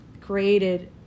created